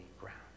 ground